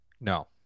No